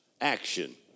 action